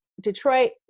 Detroit